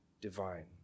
divine